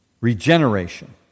regeneration